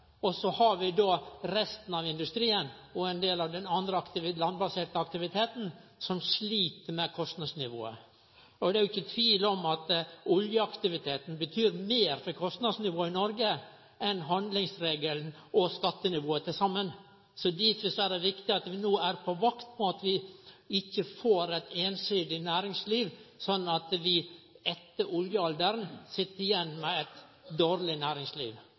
Så har vi resten av industrien og ein del av den landbaserte aktiviteten som slit med kostnadsnivået. Det er ikkje tvil om at oljeaktiviteten betyr meir for kostnadsnivået i Noreg enn handlingsregelen og skattenivået til saman. Derfor er det riktig at vi er på vakt mot å få eit einsidig næringsliv, sånn at vi etter oljealderen sit igjen med eit dårleg næringsliv.